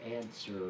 answer